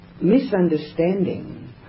misunderstanding